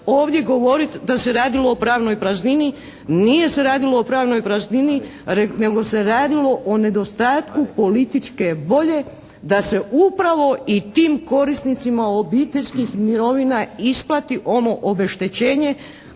ovdje govoriti da se radilo o pravnoj praznini. Nije se radilo o pravnoj praznini, nego se radilo o nedostatku političke volje da se upravo i tim korisnicima obiteljskih mirovina isplati ono obeštećenje